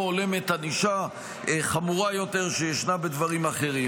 הולמת ענישה חמורה יותר שישנה בדברים אחרים.